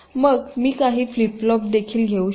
मग मी काही फ्लिप फ्लॉप देखील घेऊ शकतो